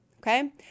okay